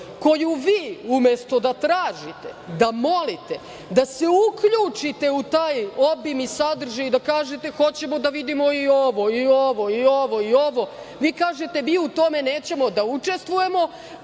koju vi umesto da tražite, da molite, da se uključite u taj obimni sadržaj i da kažete – hoćemo da vidimo i ovo i ovo i ovo, a vi kažete – mi u tome nećemo da učestvujemo,